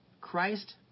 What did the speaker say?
Christ